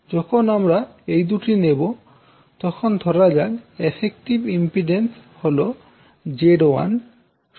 যখন আমরা এই দুটি নেবো তখন ধরা যাক এফেক্টিভ ইম্পিড্যান্স হল Z1 −j2